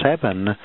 seven